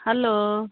hello